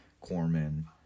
Corman